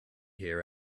here